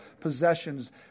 possessions